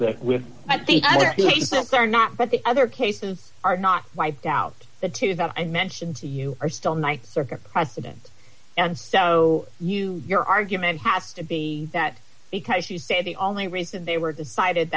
that with i think i would say so far not but the other cases are not wiped out the two that i mentioned to you are still night circa precedence and so you your argument has to be that because you say the only reason they were decided